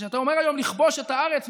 כשאתה אומר היום "נכבוש את הארץ",